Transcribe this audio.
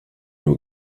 nur